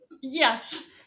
Yes